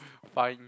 fine